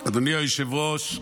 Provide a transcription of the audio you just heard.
אדוני היושב-ראש,